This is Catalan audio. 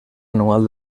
anual